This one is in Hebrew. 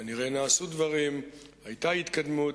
כנראה נעשו דברים, היתה התקדמות,